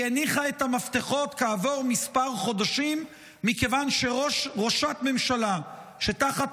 והיא הניחה את המפתחות כעבור כמה חודשים מכיוון שראשת ממשלה שתחת